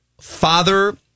father